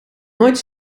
nooit